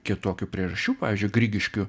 ketokių priežasčių pavyzdžiui grigiškių